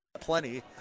plenty